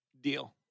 Deal